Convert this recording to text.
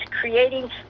creating